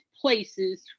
places